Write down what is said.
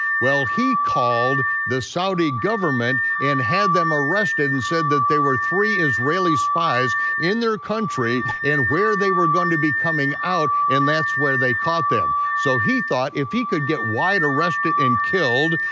well, he called the saudi government and had them arrested and said that there were three israeli spies in their country and where they were gonna be coming out, and that's where they caught them. so he thought if he could get wyatt arrested and killed,